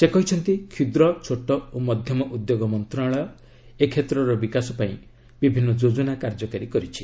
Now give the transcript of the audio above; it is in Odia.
ସେ କହିଛନ୍ତି କ୍ଷୁଦ୍ର ଛୋଟ ଓ ମଧ୍ୟମ ଉଦ୍ୟୋଗ ମନ୍ତ୍ରଶାଳୟ ଏହି କ୍ଷେତ୍ର ବିକାଶ ପାଇଁ ବିଭିନ୍ନ ଯୋଜନା କାର୍ଯ୍ୟକାରୀ କରିଛି